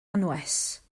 anwes